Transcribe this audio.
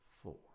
four